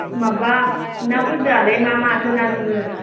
माबा ना फोरालाय मा माथो ना दङो